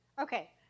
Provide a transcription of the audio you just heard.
Okay